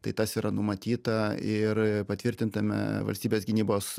tai tas yra numatyta ir patvirtintame valstybės gynybos